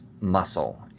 muscle